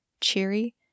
cheery